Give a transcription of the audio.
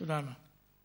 תודה רבה.